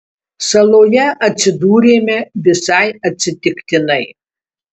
saloje atsidūrėme visai atsitiktinai